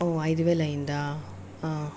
ఓ ఐదు వేలు అయ్యిందా